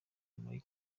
buri